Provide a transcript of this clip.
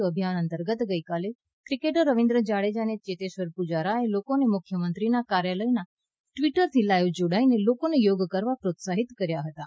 અભિયાન અંતર્ગત ગઈકાલે ક્રિકેટર રવિન્દ્ર જાડેજા અને ચેતેશ્વર પૂજારાએ લોકોને મુખ્યમંત્રીનાં કાર્યાલયનાં ટ્વીટરથી લાઈવ જોડાઈને લોકોને યોગ કરવા પ્રોત્સાહીત કર્યા હતાં